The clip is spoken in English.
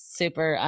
super